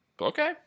Okay